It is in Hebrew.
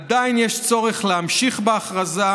עדיין יש צורך להמשיך בהכרזה,